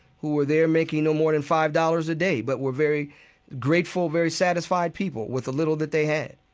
who were there making no more than five dollars a day, but were very grateful, very satisfied people with the little that they had